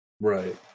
Right